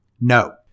No